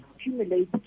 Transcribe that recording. Accumulate